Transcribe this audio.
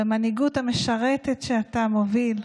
במנהיגות המשרתת שאתה מוביל,